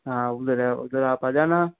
हाँ वो मेरा है उधर आप जाना